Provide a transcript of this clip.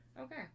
Okay